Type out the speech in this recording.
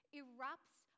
erupts